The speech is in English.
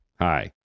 Hi